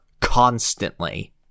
Constantly